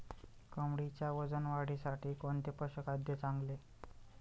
कोंबडीच्या वजन वाढीसाठी कोणते पशुखाद्य चांगले?